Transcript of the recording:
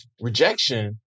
rejection